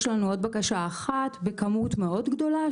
יש לנו עוד בקשה אחת בכמות מאוד גדולה,